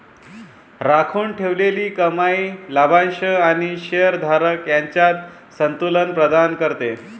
राखून ठेवलेली कमाई लाभांश आणि शेअर धारक यांच्यात संतुलन प्रदान करते